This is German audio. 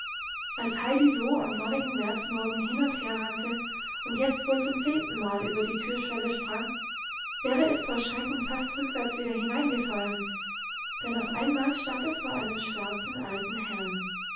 als heidi so am sonnigen märzmorgen hin und her rannte und jetzt wohl zum zehnten mal über die türschwelle sprang wäre es vor schrecken fast rückwärts wieder hineingefallen denn auf einmal stand es vor einem schwarzen alten herrn